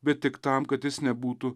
bet tik tam kad jis nebūtų